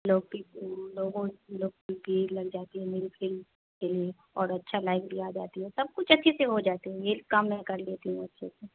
लोग बिल्कुल लोगों लग जाती है मेरी फिल्म और अच्छा लाइक भी आ जाती है सब कुछ अच्छे से हो जाता है ये काम मैं कर लेती हूँ अच्छे से